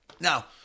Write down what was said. Now